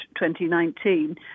2019